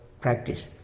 practice